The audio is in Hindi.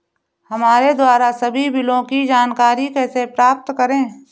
हमारे द्वारा सभी बिलों की जानकारी कैसे प्राप्त करें?